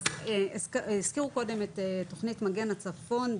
הזכירו קודם את תוכנית מגן לצפון,